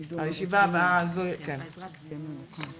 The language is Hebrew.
הישיבה ננעלה בשעה 11:05.